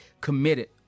committed